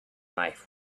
life